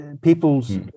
people's